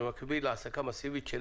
במקביל להעסקה מאסיבית של